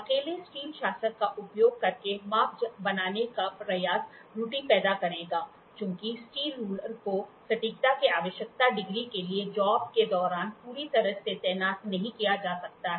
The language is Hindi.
अकेले स्टील शासक का उपयोग करके माप बनाने का प्रयास त्रुटि पैदा करेगा चूंकि स्टील रोलर को सटीकता के आवश्यक डिग्री के लिए जाॅब के दौरान पूरी तरह से तैनात नहीं किया जा सकता है